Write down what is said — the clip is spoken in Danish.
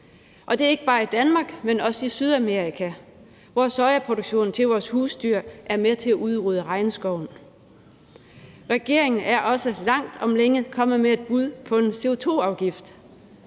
og det er ikke bare i Danmark, men også i Sydamerika, hvor sojaproduktion til vores husdyr er med til at udrydde regnskoven. Regeringen er også langt om længe kommet med et bud på en CO2-afgift.